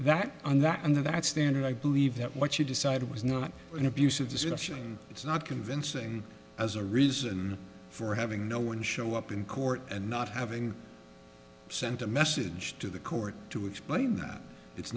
that on that and that standard i believe that what she decided was not an abuse of the citizen it's not convincing as a reason for having no one show up in court and not having sent a message to the court to explain that it's